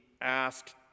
asked